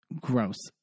Gross